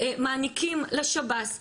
מעניקים לשב"ס ולמשטרה,